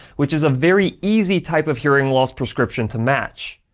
which is a very easy type of hearing loss prescription to match.